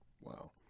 Wow